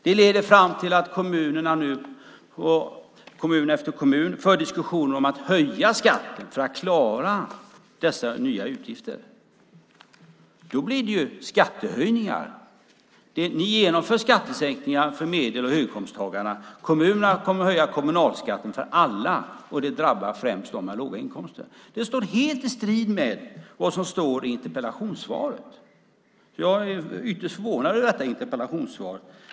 Det leder fram till att kommun efter kommun för diskussioner om att höja skatten för att klara dessa nya utgifter. Då blir det skattehöjningar. Ni genomför skattesänkningar för medel och höginkomsttagarna. Kommunerna kommer att höja kommunalskatten för alla, och det drabbar främst dem med låga inkomster. Det står helt i strid med vad som står i interpellationssvaret. Jag är ytterst förvånad över detta interpellationssvar.